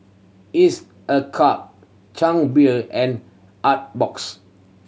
Each a Cup Chang Beer and Artbox